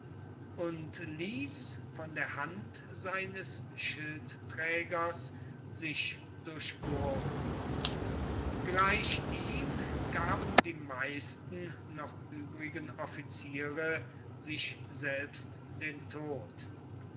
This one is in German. und ließ von der hand seines schildträgers sich durchbohren gleich ihm gaben die meisten noch übrigen offiziere sich selbst den tod